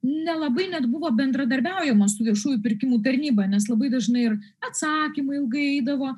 nelabai net buvo bendradarbiaujama su viešųjų pirkimų tarnyba nes labai dažnai ir atsakymai ilgai eidavo